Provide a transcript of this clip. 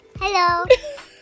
Hello